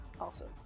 Awesome